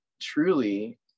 truly